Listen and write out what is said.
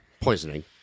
poisoning